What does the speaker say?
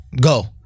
Go